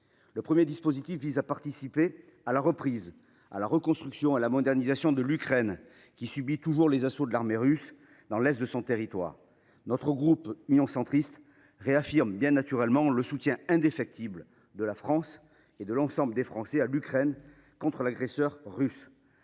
Le premier dispositif vise à participer à la reprise, à la reconstruction et à la modernisation de l’Ukraine, qui subit toujours les assauts de l’armée russe dans l’est de son territoire. Le groupe Union Centriste réaffirme le soutien indéfectible de la France à l’Ukraine contre l’agresseur russe.